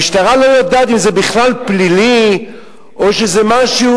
המשטרה לא יודעת אם זה בכלל פלילי או שזה משהו,